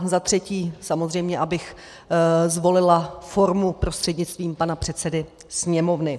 za třetí samozřejmě abych zvolila formu prostřednictvím pana předsedy Sněmovny.